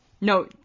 No